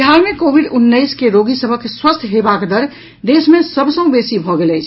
बिहार मे कोविड उन्नैस के रोगी सभक स्वस्थ हेबाक दर देश मे सभ सँ बेसी भऽ गेल अछि